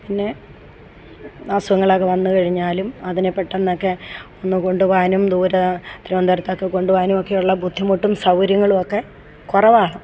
പിന്നെ അസുഖങ്ങളൊക്കെ വന്നു കഴിഞ്ഞാലും അതിനു പെട്ടെന്നൊക്കെ ഒന്നു കൊണ്ടു പോകാനും ദുര തിരുവനന്തപുരത്തൊക്കെ കൊണ്ടു പോകാനൊക്കെയുള്ള ബുദ്ധിമുട്ടും സൗകര്യങ്ങളുമൊക്കെ കുറവാണ്